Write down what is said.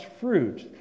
fruit